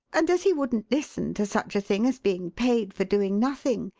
and as he wouldn't listen to such a thing as being paid for doing nothing,